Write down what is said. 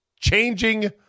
Changing